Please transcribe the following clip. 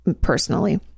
personally